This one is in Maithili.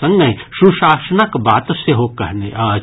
संगहि सुशासनक बात सेहो कहने अछि